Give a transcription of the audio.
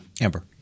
Amber